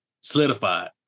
solidified